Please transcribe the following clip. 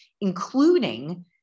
including